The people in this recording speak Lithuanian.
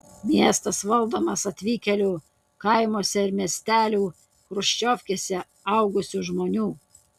miestas valdomas atvykėlių kaimuose ir miestelių chruščiovkėse augusių žmonių